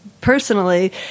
personally